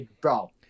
bro